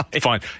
fine